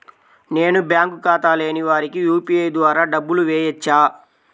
నేను బ్యాంక్ ఖాతా లేని వారికి యూ.పీ.ఐ ద్వారా డబ్బులు వేయచ్చా?